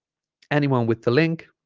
anyone with the link